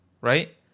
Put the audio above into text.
right